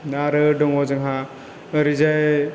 आरो दङ जोंहा ओरैजाय